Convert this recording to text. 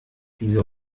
wieso